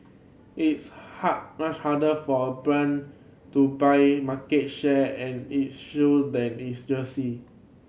it's hard much harder for a brand to buy market share in its shoes than it's jersey